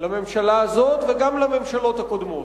לממשלה הזאת, וגם לממשלות הקודמות.